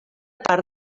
part